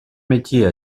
métiers